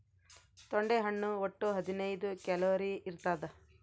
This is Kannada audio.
ತೊಂಡೆ ಹಣ್ಣು ಒಟ್ಟು ಹದಿನೈದು ಕ್ಯಾಲೋರಿ ಇರ್ತಾದ